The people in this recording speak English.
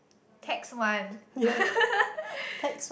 tax one